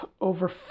over